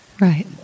Right